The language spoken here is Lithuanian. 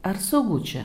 ar saugu čia